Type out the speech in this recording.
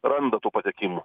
randa tų patekimų